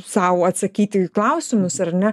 sau atsakyti į klausimus ar ne